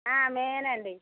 నేను అండి